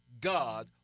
God